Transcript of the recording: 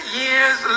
years